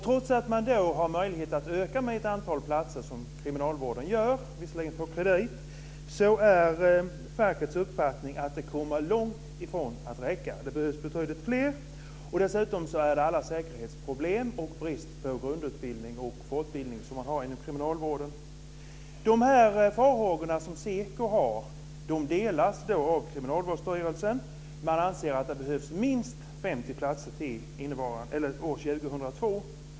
Trots att kriminalvården har getts möjlighet att utöka platserna på kredit är verkets uppfattning att platserna långt ifrån kommer att räcka. Det behövs betydligt fler. Dessutom är det säkerhetsproblem, brist på grundutbildning och fortbildning inom kriminalvården. Farhågorna från SEKO:s sida delas av Kriminalvårdsstyrelsen. Man anser att det behövs minst 50 platser till till år 2002.